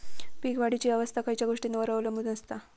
पीक वाढीची अवस्था खयच्या गोष्टींवर अवलंबून असता?